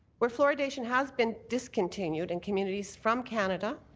where fluoridation has been discontinued in communities from canada,